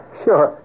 sure